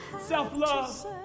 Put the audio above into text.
Self-love